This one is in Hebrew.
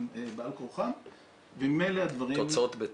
בעל כורחם וממילא הדברים --- התוצאות בהתאם.